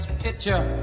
picture